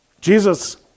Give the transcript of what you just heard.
Jesus